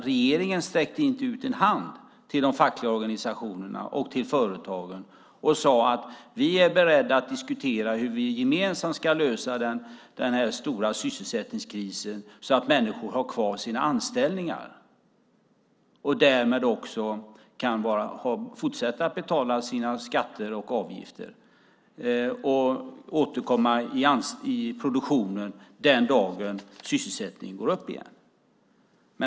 Regeringen sträckte inte ut en hand till de fackliga organisationerna och till företagen och sade att man var beredd att diskutera hur man gemensamt skulle lösa den här stora sysselsättningskrisen så att människor kunde ha kvar sina anställningar och därmed också kunde fortsätta att betala sina skatter och avgifter och återkomma i produktionen den dagen sysselsättningen går upp igen.